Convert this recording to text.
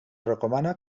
recomana